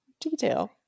detail